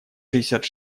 шестьдесят